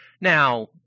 Now